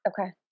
okay